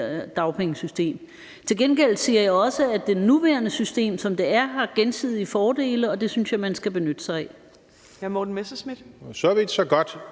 dagpengesystem. Til gengæld siger jeg også, at i det nuværende system, som det er, er der gensidige fordele, og det synes jeg man skal benytte sig af.